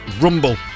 rumble